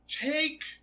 take